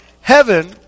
heaven